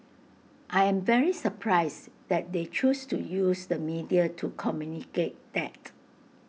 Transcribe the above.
I'm very surprised that they choose to use the media to communicate that